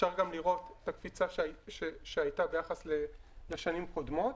אפשר לראות את הקפיצה שהייתה ביחס לשנים קודמות.